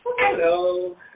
Hello